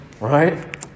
Right